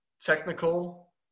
technical